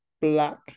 Black